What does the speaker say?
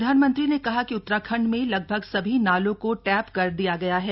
प्रधानमंत्री ने कहा कि उत्तराखंड में लगभग सभी नालों को टैप कर दिया गया है